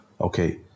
Okay